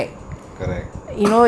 correct